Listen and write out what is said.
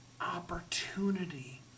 opportunity